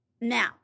Now